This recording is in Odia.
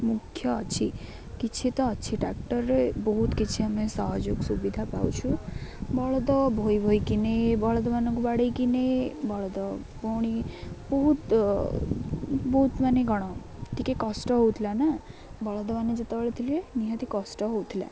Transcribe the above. ମୁଖ୍ୟ ଅଛି କିଛି ତ ଅଛି ଟ୍ରାକ୍ଟର୍ରେ ବହୁତ କିଛି ଆମେ ସହଯୋଗ ସୁବିଧା ପାଉଛୁ ବଳଦ ବୋହି ବୋହିକି ନେଇ ବଳଦ ମାନଙ୍କୁ ବାଡ଼ାଇକି ନେଇ ବଳଦ ପୁଣି ବହୁତ ବହୁତ ମାନେ କ'ଣ ଟିକେ କଷ୍ଟ ହେଉଥିଲା ନା ବଳଦ ମାନ ଯେତେବେଳେ ଥିଲେ ନିହାତି କଷ୍ଟ ହେଉଥିଲା